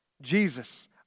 Jesus